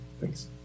thanks